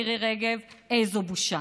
מירי רגב: איזו בושה.